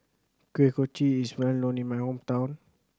Kuih Kochi is well known in my hometown